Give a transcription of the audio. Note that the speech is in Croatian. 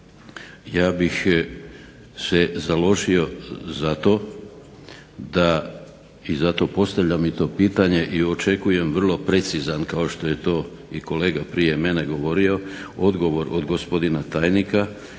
Ja bih se založio za to i zato postavljam to pitanje i očekujem vrlo precizan kao što je to i kolega prije mene govorio, odgovor od gospodina državnog